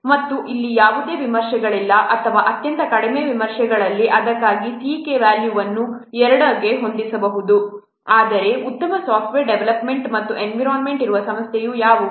ಮತ್ತು ಅಲ್ಲಿ ಯಾವುದೇ ವಿಮರ್ಶೆಗಳಿಲ್ಲ ಅಥವಾ ಅತ್ಯಂತ ಕಳಪೆ ವಿಮರ್ಶೆಗಳಿಲ್ಲ ಅದಕ್ಕಾಗಿ ck ವ್ಯಾಲ್ಯೂವನ್ನು 2 ಗೆ ಹೊಂದಿಸಬಹುದು ಆದರೆ ಉತ್ತಮ ಸಾಫ್ಟ್ವೇರ್ ಡೆವಲಪ್ಮೆಂಟ್ ಮತ್ತು ಎನ್ವಿರಾನ್ಮೆಂಟ್ ಇರುವ ಸಂಸ್ಥೆಗಳು ಯಾವುವು